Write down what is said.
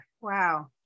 Wow